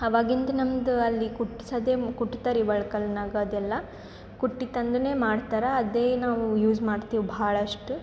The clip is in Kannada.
ಆವಾಗಿಂದ ನಮ್ಮದು ಅಲ್ಲಿ ಕುಟ್ಸೋದೆ ಕುಟ್ತಾರ್ರೀ ಒಳ್ಕಲ್ನಾಗ ಅದೆಲ್ಲ ಕುಟ್ಟಿ ತಂದನೇ ಮಾಡ್ತಾರೆ ಅದೇ ನಾವು ಯೂಸ್ ಮಾಡ್ತೀವಿ ಭಾಳಷ್ಟು